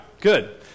good